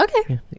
Okay